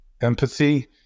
empathy